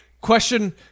Question